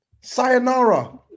Sayonara